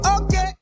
okay